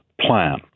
plan